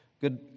good